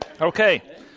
Okay